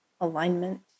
alignment